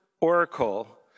oracle